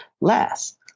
less